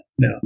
no